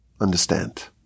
understand